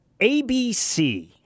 ABC